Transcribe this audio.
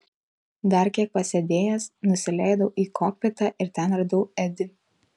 dar kiek pasėdėjęs nusileidau į kokpitą ir ten radau edį